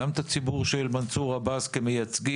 גם את הציבור של מנסור עבאס כמייצגים,